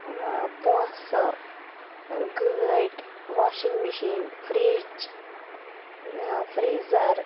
پۅنٛسہٕ گٲڑۍ washing machine fridge freezer